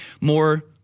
more